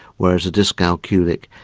whereas a dyscalculic,